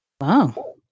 Wow